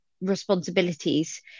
responsibilities